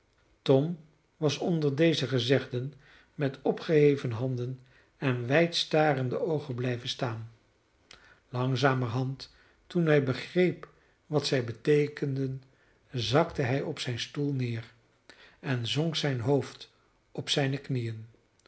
tom was onder deze gezegden met opgeheven handen en wijd starende oogen blijven staan langzamerhand toen hij begreep wat zij beteekenden zakte hij op zijn stoel neer en zonk zijn hoofd op zijne knieën